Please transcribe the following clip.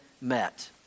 met